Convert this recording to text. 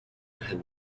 had